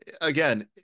again